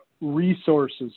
resources